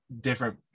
different